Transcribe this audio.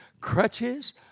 Crutches